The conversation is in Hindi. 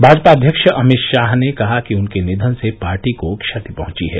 भाजपा अध्यक्ष अमितशाह ने कहा कि उनके निधन से पार्टी को क्षति पहंची है